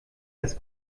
das